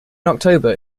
october